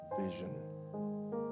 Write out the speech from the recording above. vision